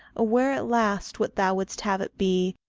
aware at last what thou wouldst have it be,